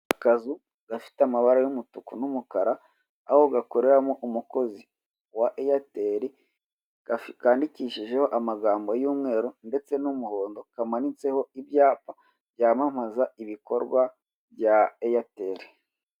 Akazu gafite amabara y'umutuku n'umukara, aho gakoreramo umukozi wa Airtel, kandikishijeho amagambo y'umweru ndetse n'umuhondo, kamanitseho ibyapa byamamaza ibikorwa bya Airtel.